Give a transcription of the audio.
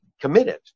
committed